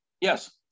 Yes